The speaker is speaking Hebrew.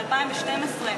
ב-2012,